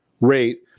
rate